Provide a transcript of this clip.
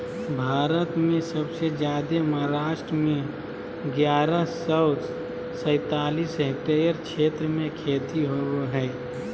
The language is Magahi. भारत में सबसे जादे महाराष्ट्र में ग्यारह सौ सैंतालीस हेक्टेयर क्षेत्र में खेती होवअ हई